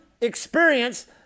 experience